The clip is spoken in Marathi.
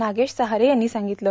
नागेश सहारे यांनी सांगितलं